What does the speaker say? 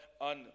on